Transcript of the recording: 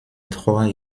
trois